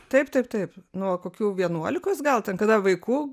taip taip taip nuo kokių vienuolikos gal ten kada vaikų